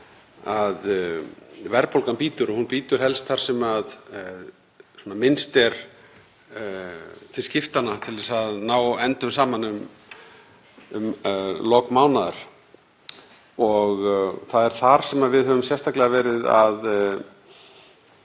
að verðbólgan bítur og hún bítur helst þar sem minnst er til skiptanna til að ná endum saman um lok mánaðar og það er þangað sem við höfum sérstaklega verið að